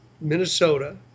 Minnesota